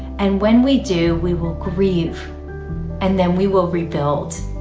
and when we do, we will grieve and then we will rebuild.